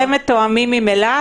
האם אתם מתואמים עם אילת?